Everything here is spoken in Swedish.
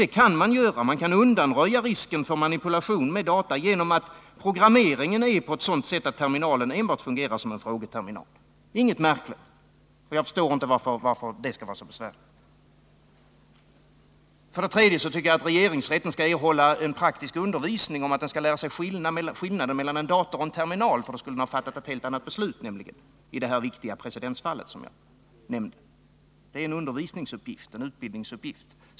Det går att undanröja risken för manipulation med data genom att programmera på ett sådant sätt att terminalen enbart fungerar som en frågeterminal. Det är inget märkvärdigt, och jag förstår inte varför det skulle vara så besvärligt. För det tredje tycker jag att regeringsrätten skall erhålla praktisk undervisning och få lära sig skillnaden mellan en dator och en terminal. Hade regeringsrätten kunnat skilja mellan dem, hade den nämligen fattat ett helt annat beslut i det här viktiga precedensfallet som jag nämnde. Det är en undervisningsuppgift, en utbildningsuppgift.